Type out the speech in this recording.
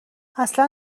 اصلا